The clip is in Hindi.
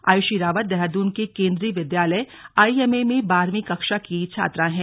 आयुषी रावत देहरादून के केंद्रीय विद्यालय आईएमए में बारहवीं कक्षा की छात्रा है